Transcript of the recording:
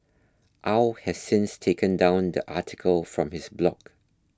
Au has since taken down the article from his blog